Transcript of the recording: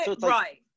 Right